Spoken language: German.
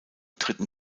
dritten